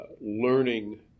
learning